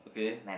okay